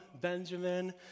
Benjamin